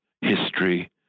history